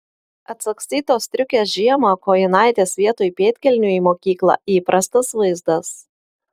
atsagstytos striukės žiemą kojinaitės vietoj pėdkelnių į mokyklą įprastas vaizdas